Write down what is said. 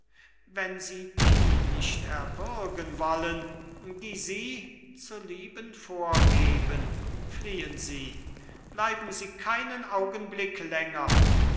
zurückblieb wenn sie die nicht erwürgen wollen die sie zu lieben vorgeben fliehen sie bleiben sie keinen augenblick länger